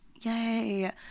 yay